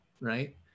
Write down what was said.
right